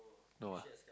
no ah